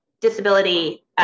disability